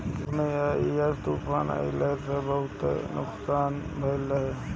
भारत में यास तूफ़ान अइलस त बहुते नुकसान भइल रहे